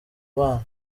bana